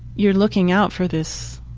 you're looking out for this,